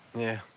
yeah.